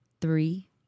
three